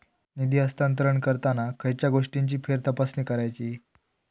निधी हस्तांतरण करताना खयच्या गोष्टींची फेरतपासणी करायची?